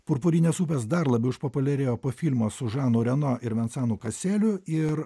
purpurinės upės dar labiau išpopuliarėjo po filmo su žanu reno ir vensanu kaseliu ir